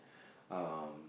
um